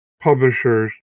publishers